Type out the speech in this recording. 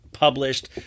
published